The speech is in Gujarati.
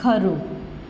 ખરું